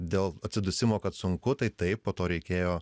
dėl atsidusimo kad sunku tai taip po to reikėjo